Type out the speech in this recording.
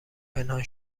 پنهان